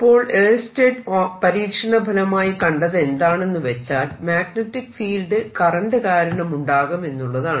അപ്പോൾ ഏഴ്സ്റ്റഡ് പരീക്ഷണഫലമായി കണ്ടതെന്താണെന്നുവെച്ചാൽ മാഗ്നെറ്റിക് ഫീൽഡ് കറന്റ് കാരണം ഉണ്ടാകുമെന്നുള്ളതാണ്